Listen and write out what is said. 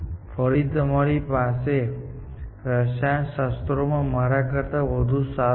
ફરીથી તમારી પાસે રસાયણશાસ્ત્રમાં મારા કરતા વધુ સારું છે